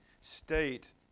state